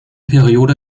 periode